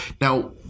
Now